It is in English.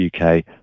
UK